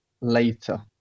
later